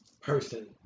person